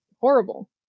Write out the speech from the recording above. horrible